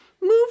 move